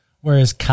Whereas